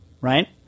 right